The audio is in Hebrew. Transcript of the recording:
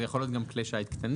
זה יכול להיות גם כלי שיט קטנים,